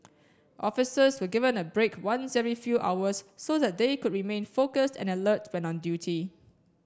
officers were given a break once every few hours so that they could remain focused and alert when on duty